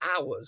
hours